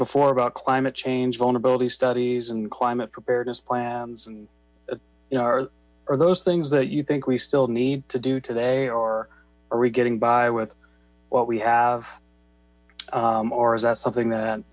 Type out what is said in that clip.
before about climate change vulnerability studies and climate preparedness plans and or those things that you think we still need to do today or are we getting by with what we have or is that something that